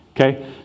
Okay